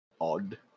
odd